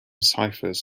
ciphers